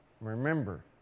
Remember